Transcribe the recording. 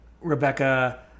Rebecca